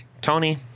Tony